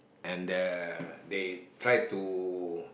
and the they try to